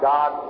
God